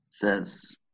Says